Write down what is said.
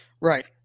Right